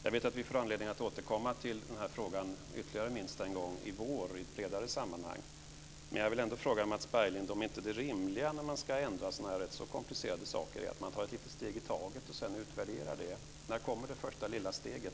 Jag vet att vi får anledning att återkomma till den här frågan ytterligare minst en gång i vår i ett bredare sammanhang. Men jag vill ändå fråga Mats Berglind om inte det rimliga när man ska ändra sådana här rätt komplicerade saker är att man tar ett litet steg i taget och sedan utvärderar det. När kommer det första lilla steget?